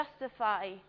justify